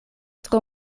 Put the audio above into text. tro